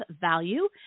value